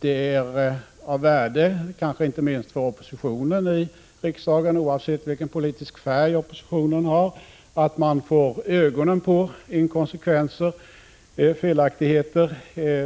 Det är av värde kanske inte minst för oppositionen i riksdagen, oavsett vilken politisk färg oppositionen har, att få ögonen på inkonsekvenser, felaktigheter